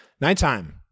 Nighttime